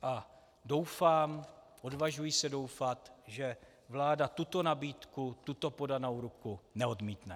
A doufám, odvažuji se doufat, že vláda tuto nabídku, tuto podanou ruku neodmítne.